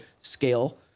scale